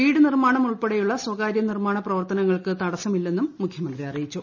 വീട് നിർമാണം ഉൾപ്പെടെയുള്ള സ്വകാര്യ നിർമാണ പ്രവർത്തനങ്ങൾക്ക് തടസമില്ലെന്നും മുഖൃമന്ത്രി അറിയിച്ചു